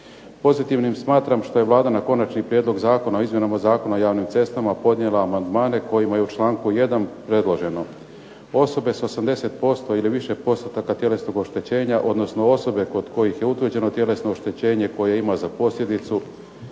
Pozitivnim smatram što je Vlada na Konačni prijedlog zakona o izmjenama Zakona o javnim cestama podnijela amandmane kojima je u članku 1. predloženo, osobe sa 80% ili više postotaka tjelesnog oštećenja, odnosno osobe kod kojih je utvrđeno tjelesno oštećenje koje ima za posljedicu